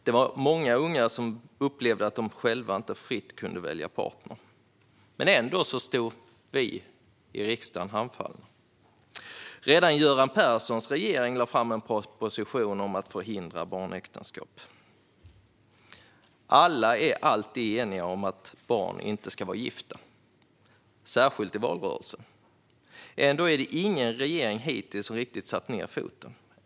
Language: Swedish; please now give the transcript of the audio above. Det var många unga som upplevde att de inte fritt kunde välja partner. Ändå stod vi i riksdagen handfallna. Redan Göran Perssons regering lade fram en proposition om att förhindra barnäktenskap. Alla är alltid eniga om att barn inte ska vara gifta, särskilt i valrörelsen. Ändå är det ingen regering hittills som riktigt satt ned foten.